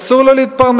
אסור לו להתפרנס.